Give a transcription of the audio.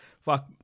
fuck